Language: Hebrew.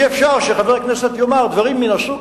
אי-אפשר שחבר הכנסת יאמר דברים מן הסוג